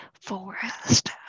forest